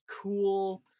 cool